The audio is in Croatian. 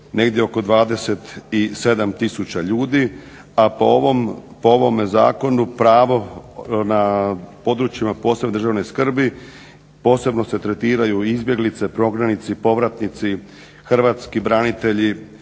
negdje oko 27 tisuća ljudi a po ovome zakonu pravo na područjima posebne državne skrbi posebno se tretiraju i izbjeglice, prognanici, povratnici, hrvatski branitelji,